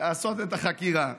לעשות את החקירה.